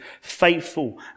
faithful